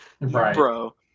bro